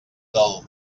dol